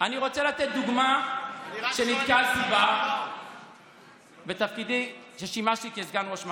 אני רוצה לתת דוגמה שנתקלתי בה בתפקידי כששימשתי כסגן ראש מח"ש.